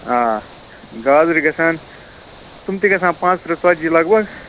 آ گازرِ گژھان تِم تہِ گژھان پانٛژھ تٕرٛہ ژَتجی لگ بگ